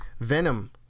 Venom